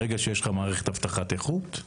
ברגע שיש לך מערכת אבטחת איכות,